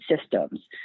systems